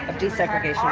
ah desegregation